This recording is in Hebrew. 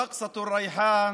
ריקוד הריחן,